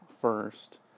first